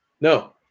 No